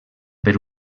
per